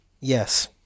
Yes